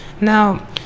Now